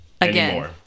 Again